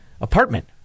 apartment